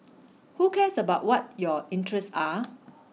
who cares about what your interests are